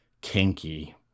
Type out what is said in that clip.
kinky